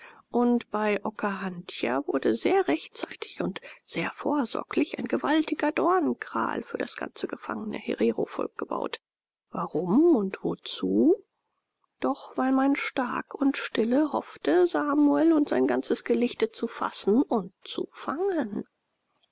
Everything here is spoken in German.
und bei okahandja wurde sehr rechtzeitig und sehr vorsorglich ein gewaltiger dornkral für das ganze gefangene hererovolk gebaut warum und wozu doch weil man stark und stille hoffte samuel und sein ganzes gelichter zu fassen und zu fangen